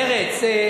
מרצ,